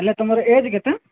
ହେଲେ ତୁମର ଏଜ୍ କେତେ